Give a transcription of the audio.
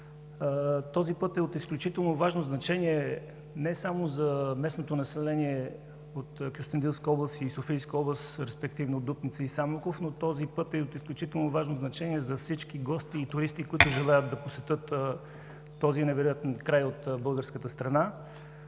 Този път е от изключително важно значение не само за местното население от Кюстендилска и Софийска области, респективно Дупница и Самоков, този път е и от изключително важно значение за всички гости и туристи, които желаят да посетят този невероятен край от българската страна.